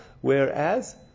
Whereas